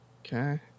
Okay